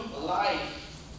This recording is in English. life